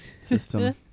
system